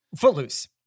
Footloose